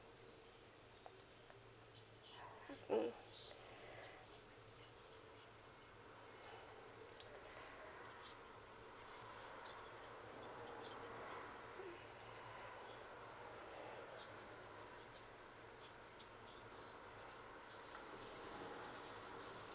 mm